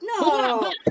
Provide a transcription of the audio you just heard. No